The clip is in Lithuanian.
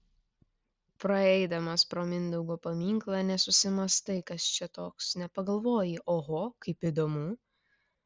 praeidamas pro mindaugo paminklą nesusimąstai kas čia toks nepagalvoji oho kaip įdomu